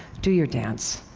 do your dance.